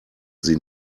sie